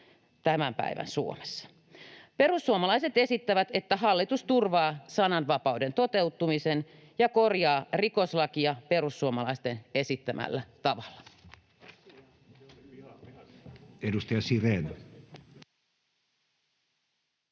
tämän päivän Suomessa? Perussuomalaiset esittävät, että hallitus turvaa sananvapauden toteutumisen ja korjaa rikoslakia perussuomalaisten esittämällä tavalla.